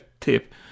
tip